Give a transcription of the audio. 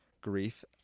grief